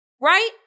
right